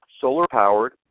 solar-powered